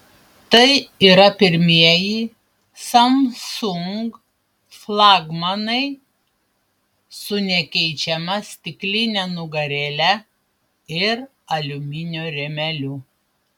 tai yra pirmieji samsung flagmanai su nekeičiama stikline nugarėle ir aliuminio rėmeliu